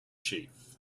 chief